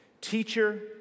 teacher